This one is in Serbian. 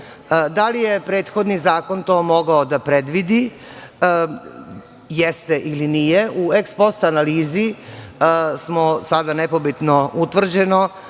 li je prethodni zakon to mogao da predvidi? Jeste ili nije? U eks post analizi smo sada nepobitno utvrdili